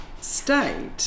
state